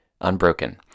Unbroken